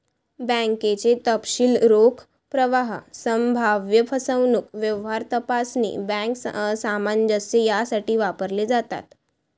बँकेचे तपशील रोख प्रवाह, संभाव्य फसवणूक, व्यवहार तपासणी, बँक सामंजस्य यासाठी वापरले जातात